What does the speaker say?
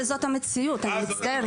אבל זאת המציאות, אני מצטערת.